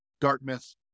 Dartmouth